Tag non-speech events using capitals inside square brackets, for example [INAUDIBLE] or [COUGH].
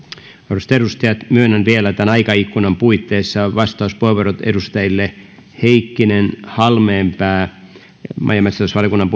arvoisat edustajat myönnän vielä tämän aikaikkunan puitteissa vastauspuheenvuorot edustajille heikkinen ja halmeenpää maa ja metsätalousvaliokunnan [UNINTELLIGIBLE]